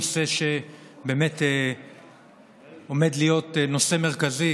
נושא שבאמת עומד להיות נושא מרכזי